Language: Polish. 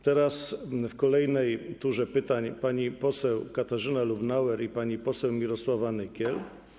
Teraz, w kolejnej turze pytań, pani poseł Katarzyna Lubnauer i pani poseł Mirosława Nykiel.